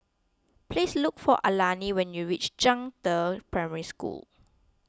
please look for Alani when you reach Zhangde Primary School